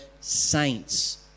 saints